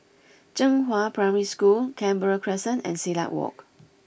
Zhenghua Primary School Canberra Crescent and Silat Walk